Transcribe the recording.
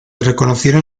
reconocieron